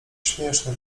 śmieszne